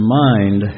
mind